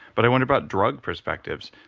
but i wonder about drug perspectives.